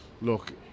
look